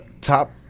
Top